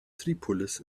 tripolis